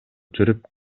жүрүп